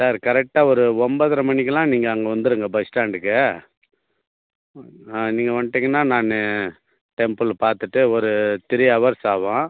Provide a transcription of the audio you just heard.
sir கரெக்ட்டாக ஒரு ஒம்பதர மணிக்குலாம் நீங்கள் அங்கே வந்துருங்க பஸ் ஸ்டாண்டுக்கு நீங்கள் வந்துட்டிங்கனா நான் டெம்புளை பார்த்துட்டு ஒரு த்ரீ ஹவர்ஸ் ஆவும்